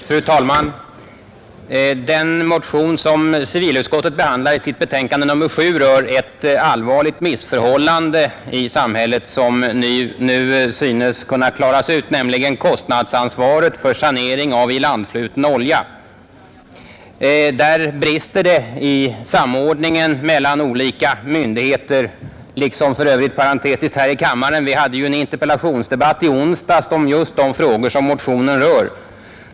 Fru talman! Den motion som civilutskottet behandlar i sitt betänkande nr 7 rör ett allvarligt missförhållande i samhället som nu synes kunna klaras ut, nämligen kostnadsansvaret för sanering av ilandfluten olja. Där brister det i samordningen mellan olika myndigheter, liksom för övrigt — parentetiskt sagt — här i kammaren. Vi hade ju en interpellationsdebatt i onsdags om just de frågor som motionen rör.